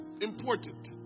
important